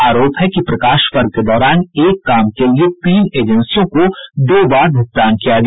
आरोप है कि प्रकाश पर्व के दौरान एक काम के लिए तीन एजेंसियों को दो बार भूगतान किया गया